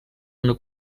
una